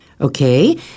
Okay